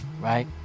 right